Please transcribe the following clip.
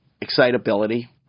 excitability